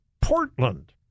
Portland